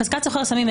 חזקת סוחר סמים,